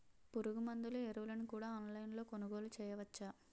పురుగుమందులు ఎరువులను కూడా ఆన్లైన్ లొ కొనుగోలు చేయవచ్చా?